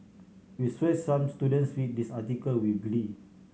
we sure some students read this article with glee